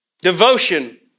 Devotion